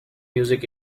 music